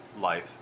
life